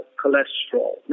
cholesterol